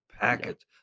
packet